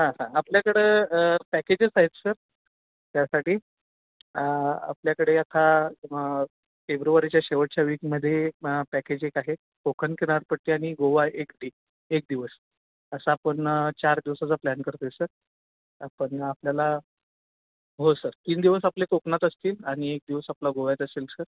हां हां आपल्याकडं पॅकेजेस आहेत सर त्यासाठी आपल्याकडे आता फेब्रुवारीच्या शेवटच्या वीकमध्ये पॅकेज एक आहे कोकण किनारपट्टी आणि गोवा एक एक दिवस असं आपण चार दिवसाचा प्लॅन करतो आहे सर आपण आपल्याला हो सर तीन दिवस आपले कोकणात असतील आणि एक दिवस आपला गोव्यात असेल सर